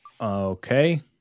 okay